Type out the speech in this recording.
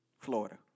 Florida